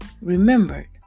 remembered